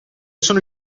sono